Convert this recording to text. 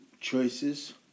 choices